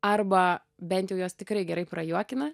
arba bent jau juos tikrai gerai prajuokina